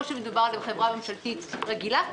או שמדובר בחברה ממשלתית רגילה.